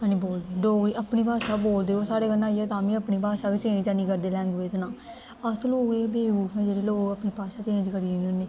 हैन्नी बोलदे अपनी भाशा गै बोलदे ओह् साढ़ै कन्नै आइयै तां बी अपनी भाशा गै चेंज हैन्नी करदे लैंग्वेज नां अस लोग गै बेवकूफ ऐं जेह्ड़े अपनी भाशा चेंज करी ओड़ने होन्ने